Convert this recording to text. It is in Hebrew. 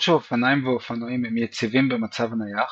למרות שאופניים ואופנועים הם יציבים במצב נייח,